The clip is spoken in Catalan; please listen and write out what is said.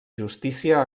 justícia